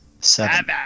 Seven